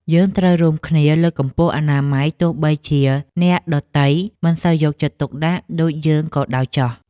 យើងត្រូវរួមគ្នាលើកកម្ពស់អនាម័យទោះបីជាអ្នកដទៃមិនសូវយកចិត្តទុកដាក់ដូចយើងក៏ដោយចុះ។